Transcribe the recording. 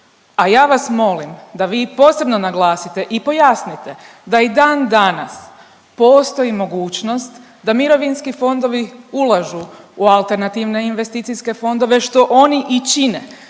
A ja vas molim da vi posebno naglasite i pojasnite da i dan danas postoji mogućnost da mirovinski fondovi ulažu u AIF-ove, što oni i čine